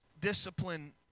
discipline